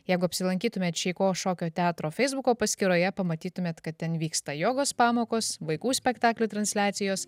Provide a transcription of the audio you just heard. jeigu apsilankytumėt šeiko šokio teatro feisbuko paskyroje pamatytumėt kad ten vyksta jogos pamokos vaikų spektaklių transliacijos